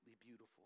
beautiful